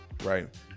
Right